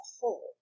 whole